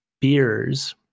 beers